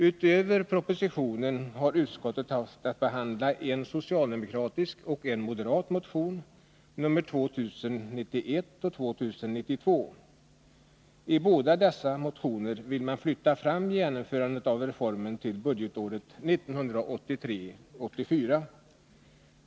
Utöver propositionen har utskottet haft att behandla en socialdemokratisk och en moderat motion, 2091 och 2092. I båda dessa motioner vill man flytta fram genomförandet av reformen till budgetåret 1983/84.